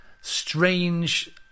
strange